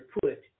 put